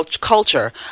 culture